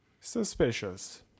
suspicious